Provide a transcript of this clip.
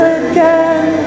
again